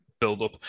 build-up